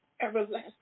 everlasting